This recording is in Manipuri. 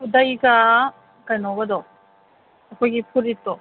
ꯈꯨꯗꯩꯒ ꯀꯩꯅꯣꯒꯗꯣ ꯑꯩꯈꯣꯏꯒꯤ ꯐꯨꯔꯤꯠꯇꯣ